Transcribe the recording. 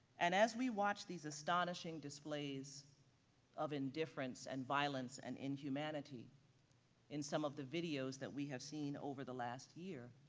and as we watch these astonishing displays of indifference and violence and inhumanity in some of the videos that we have seen over the last year,